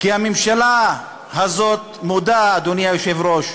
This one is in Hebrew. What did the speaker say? כי הממשלה הזאת מודה, אדוני היושב-ראש,